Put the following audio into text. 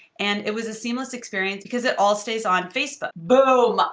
and it was a seamless experience because it all stays on facebook. boom,